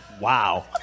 Wow